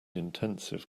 intensive